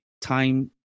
time